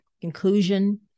conclusion